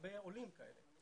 הרבה עולים הם כאלה.